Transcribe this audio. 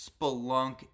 spelunk